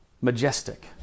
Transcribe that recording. majestic